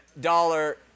dollar